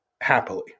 happily